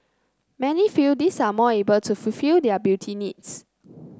many feel these are more able to fulfil their beauty needs